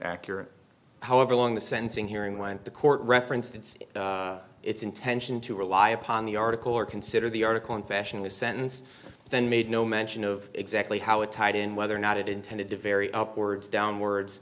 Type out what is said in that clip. accurate however long the sentencing hearing when the court referenced its its intention to rely upon the article or consider the article in fashion the sentence then made no mention of exactly how it tied in whether or not it intended to vary upwards